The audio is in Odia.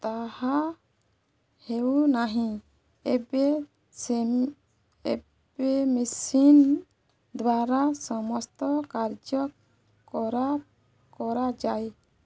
ତାହା ହେଉନାହିଁ ଏବେ ସେ ଏବେ ମେସିନ୍ ଦ୍ୱାରା ସମସ୍ତ କାର୍ଯ୍ୟ କର କରାଯାଏ